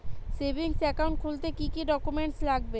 Savings account খুলতে কি কি ডকুমেন্টস লাগবে?